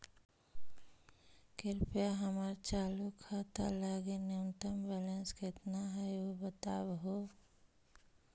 कृपया हमर चालू खाता लगी न्यूनतम बैलेंस कितना हई ऊ बतावहुं